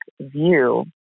view